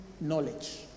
knowledge